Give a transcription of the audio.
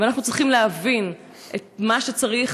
ואנחנו צריכים להבין מה צריך